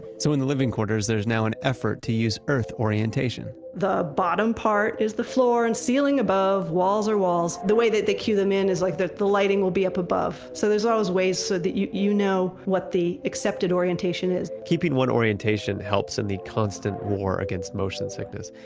so in the living quarters, there's now an effort to use earth orientation the bottom part is the floor, the and ceiling above, walls are walls. the way that they cue them in is like that the lighting will be up above. so there's always ways so that you you know what the accepted orientation is keeping one orientation helps in the constant war against motion sickness.